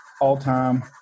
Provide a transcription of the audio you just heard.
all-time